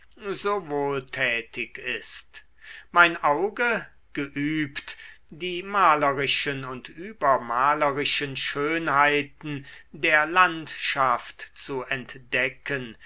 so wohltätig ist mein auge geübt die malerischen und übermalerischen schönheiten der landschaft zu entdecken